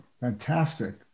Fantastic